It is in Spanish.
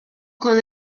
con